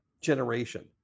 generation